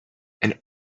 and